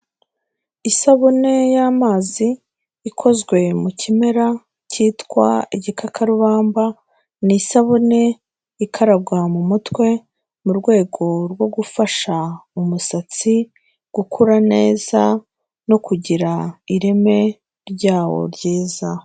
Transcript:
Isabune y'amazi ikozwe mu kimera cyitwa igikakarubamba ni isabune ikaragwa mu mutwe mu rwego rwo gufasha umusatsi gukura neza no kugira ireme ryawo ryiza.